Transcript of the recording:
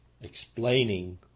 explaining